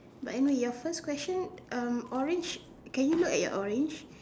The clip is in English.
but anyway your first question um orange can you look at your orange